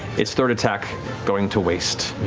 its third attack going to waste.